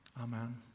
Amen